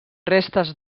restes